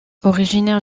originaire